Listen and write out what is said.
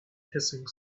hissing